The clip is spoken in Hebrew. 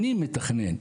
אני מתכנן.